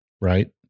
right